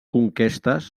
conquestes